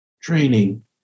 training